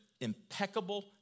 impeccable